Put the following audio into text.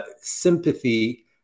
sympathy